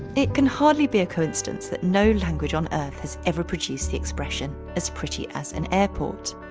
it can hardly be a coincidence that no language on earth has ever produced the expression as pretty as an airport.